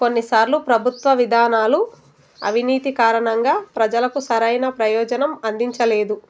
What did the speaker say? కొన్నిసార్లు ప్రభుత్వ విధానాలు అవినీతి కారణంగా ప్రజలకు సరైన ప్రయోజనం అందించలేదు